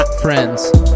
Friends